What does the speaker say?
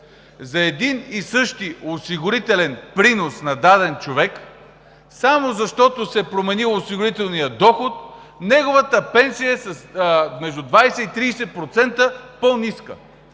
за един и същи осигурителен принос на даден човек само защото се е променил осигурителният доход, неговата пенсия е между 20 и 30% по-ниска!